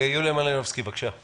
יוליה מלינובסקי, בבקשה.